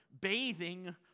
Bathing